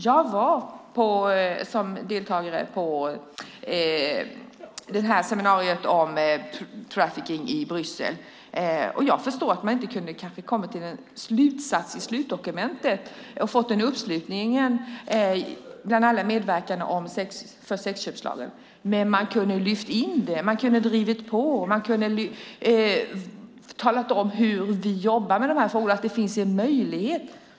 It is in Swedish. Jag var deltagare i seminariet i Bryssel om trafficking. Jag förstår att man kanske inte hade kunnat komma fram till en slutsats i slutdokumentet och kunnat få en uppslutning bland alla medverkande bakom sexköpslagen. Men man kunde ha lyft in det. Man kunde ha drivit på. Man kunde ha talat om hur vi jobbar med de här frågorna och att det finns en möjlighet.